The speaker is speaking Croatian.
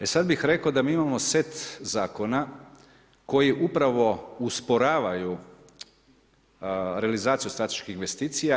E sada bih rekao da mi imamo set zakona koji upravo usporavaju realizaciju strateških investicija.